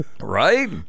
Right